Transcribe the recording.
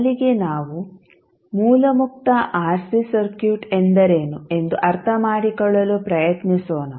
ಮೊದಲಿಗೆ ನಾವು ಮೂಲ ಮುಕ್ತ ಆರ್ಸಿ ಸರ್ಕ್ಯೂಟ್ ಎಂದರೇನು ಎಂದು ಅರ್ಥಮಾಡಿಕೊಳ್ಳಲು ಪ್ರಯತ್ನಿಸೋಣ